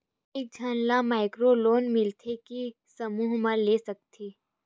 एक झन ला माइक्रो लोन मिलथे कि समूह मा ले सकती?